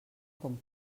com